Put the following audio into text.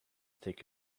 take